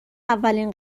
اولین